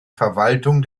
verwaltung